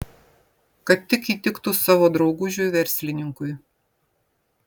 kad tik įtiktų savo draugužiui verslininkui